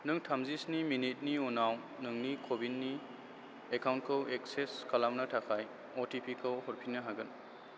नों थामजिस्नि मिनिटनि उनाव नोंनि क'विननि एकाउन्टखौ एक्सेस खालामनो थाखाय अटिपिखौ हरफिननो हागोन